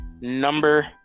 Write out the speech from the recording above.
number